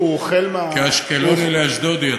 כאשקלוני לאשדודי.